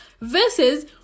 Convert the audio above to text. Versus